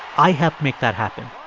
i helped make that happen.